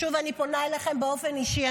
שוב, אני פונה אליכם באופן אישי.